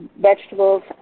vegetables